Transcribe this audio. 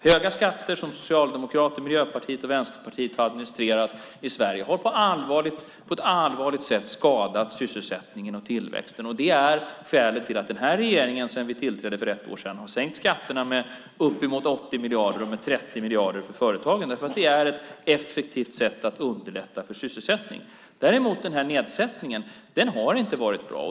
Höga skatter, som Socialdemokraterna, Miljöpartiet och Vänsterpartiet har administrerat i Sverige, har på ett allvarligt sätt skadat sysselsättningen och tillväxten, och det är skälet till att den här regeringen sedan vi tillträdde för ett år sedan har sänkt skatterna med uppemot 80 miljarder och 30 miljarder för företagen. Det är ett effektivt sätt att underlätta för sysselsättningen. Nedsättningen har däremot inte varit bra.